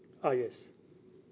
ah yes